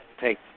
take